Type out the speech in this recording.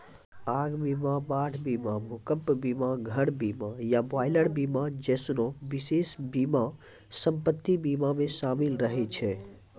आग बीमा, बाढ़ बीमा, भूकंप बीमा, घर बीमा या बॉयलर बीमा जैसनो विशेष बीमा सम्पति बीमा मे शामिल रहै छै